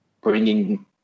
bringing